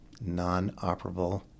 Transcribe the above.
non-operable